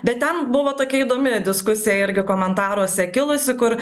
bet ten buvo tokia įdomi diskusija irgi komentaruose kilusi kur